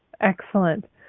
Excellent